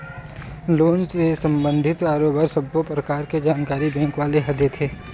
loan ले संबंधित बरोबर सब्बो परकार के जानकारी बेंक वाले ह देथे